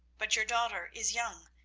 but your daughter is young,